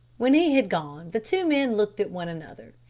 when he had gone the two men looked at one another.